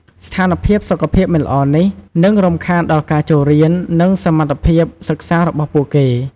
ស្ថានភាពសុខភាពមិនល្អនេះ នឹងរំខានដល់ការចូលរៀន និងសមត្ថភាពសិក្សារបស់ពួកគេ។